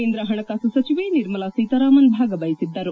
ಕೇಂದ್ರ ಹಣಕಾಸು ಸಚಿವೆ ನಿರ್ಮಲಾ ಸೀತಾರಾಮನ್ ಭಾಗವಹಿಸಿದ್ದರು